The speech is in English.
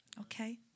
okay